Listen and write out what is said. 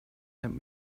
let